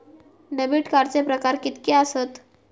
Debit कार्डचे प्रकार कीतके आसत?